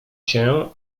cię